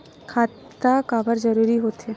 खाता काबर जरूरी हो थे?